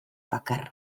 bakarra